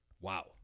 Wow